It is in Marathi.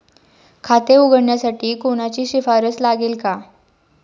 खाते उघडण्यासाठी कोणाची शिफारस लागेल का?